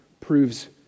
proves